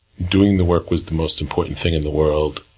doing the work was the most important thing in the world,